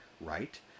right